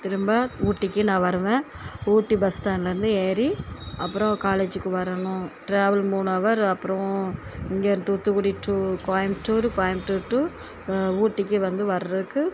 திரும்ப ஊட்டிக்கு நான் வருவேன் ஊட்டி பஸ் ஸ்டேண்ட்லேருந்து ஏறி அப்புறம் காலேஜுக்கு வரணும் ட்ராவல் மூணு அவர் அப்புறம் இங்கிருந்து தூத்துக்குடி டு கோயம்புத்தூர் கோயம்புத்தூர் டு ஊட்டிக்கு வந்து வர்றதுக்கு